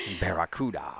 Barracuda